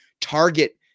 target